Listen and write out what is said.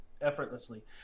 effortlessly